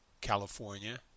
California